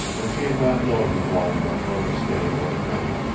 and she had not known him long enough to understand what it meant.